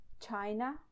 China